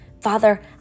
Father